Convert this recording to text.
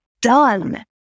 done